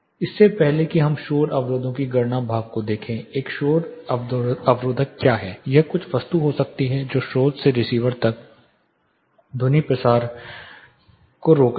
इससे पहले कि हम शोर अवरोधों के गणना भाग को देखें एक शोर अवरोधक क्या है यह कुछ वस्तु हो सकती है जो स्रोत से रिसीवर तक ध्वनि के प्रसार को रोक रही है